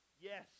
Yes